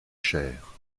chère